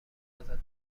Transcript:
ازت